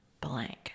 blank